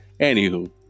Anywho